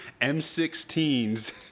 M16s